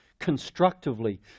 constructively